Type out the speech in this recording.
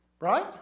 Right